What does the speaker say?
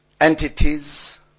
entities